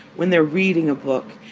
when they're reading a book,